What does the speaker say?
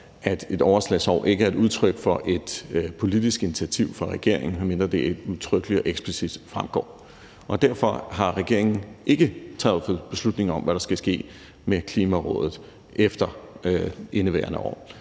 at et overslagsår ikke er et udtryk for et politisk initiativ fra regeringen, medmindre det udtrykkeligt og eksplicit fremgår. Og derfor har regeringen ikke truffet beslutning om, hvad der skal ske med Klimarådet efter indeværende år.